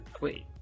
Wait